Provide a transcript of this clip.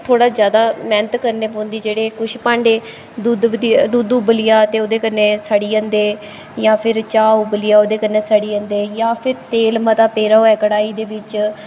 थोह्ड़ा जैदा मैह्नत करने पौंदी जेह्ड़े कुछ भांडे दुद्ध दी दुद्ध उबली जा ते ओह्दे कन्नै सड़ी जंदे जां फिर चाह् उबली जा ओह्दे कन्नै सड़ी जंदे जां फिर तेल मता पेदा होऐ कड़ाही दे बिच्च